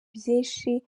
byinshi